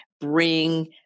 bring